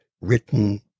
written